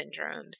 syndromes